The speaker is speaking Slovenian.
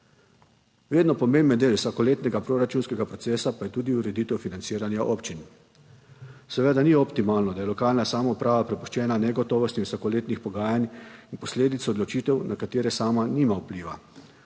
Vedno pomemben del vsakoletnega proračunskega procesa pa je tudi ureditev financiranja občin. Seveda ni optimalno, da je lokalna samouprava prepuščena negotovosti vsakoletnih pogajanj in posledic odločitev, na katere sama nima vpliva.